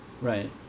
Right